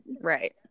right